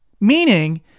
Meaning